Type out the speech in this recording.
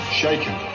shaken